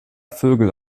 vögel